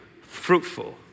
fruitful